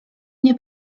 mnie